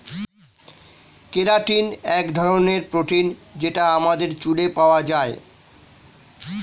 keratin এক ধরনের protein যেটা আমাদের চুলে পাওয়া যায়